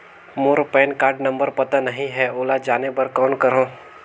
मोर PAN card number पता नहीं है, ओला जाने बर कौन करो?